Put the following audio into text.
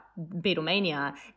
Beatlemania